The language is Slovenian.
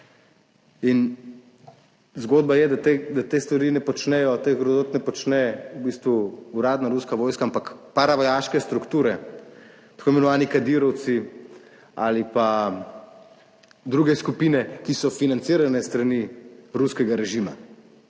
in zgodba je, da te stvari ne počnejo, teh grozot ne počne v bistvu uradna ruska vojska, ampak paravojaške strukture, tako imenovani kadirovci ali pa druge skupine, ki so financirane s strani ruskega režima.